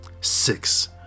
Six